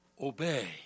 obey